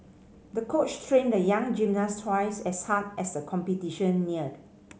the coach trained the young gymnast twice as hard as the competition neared